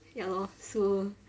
ya lor so